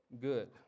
good